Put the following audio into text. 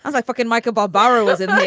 like fuckin michael barbaro was in there.